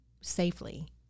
safely